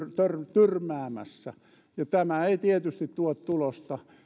tyrmäämässä tämä ei tietysti tuo tulosta